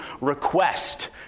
request